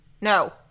No